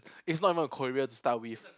it's not even a career to start with